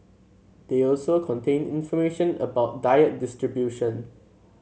they also contain information about diet distribution